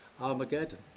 Armageddon